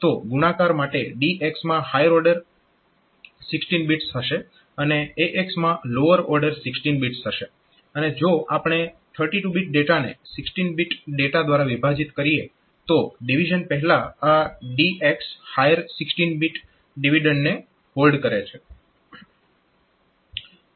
તો ગુણાકાર માટે DX માં હાયર ઓર્ડર 16 બિટ્સ હશે અને AX માં લોઅર ઓર્ડર 16 બિટ્સ હશે અને જો આપણે 32 બીટ ડેટાને 16 બીટ ડેટા દ્વારા વિભાજીત કરીએ તો ડિવિઝન પહેલા આ DX હાયર 16 બીટ ડિવિડન્ડને હોલ્ડ કરે છે